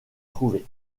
trouvé